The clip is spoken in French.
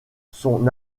son